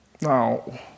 Now